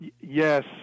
Yes